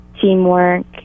teamwork